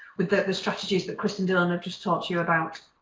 with the the strategies that chris and dylan have just talked to you about.